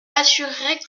assurait